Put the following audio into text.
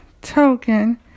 token